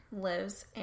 lives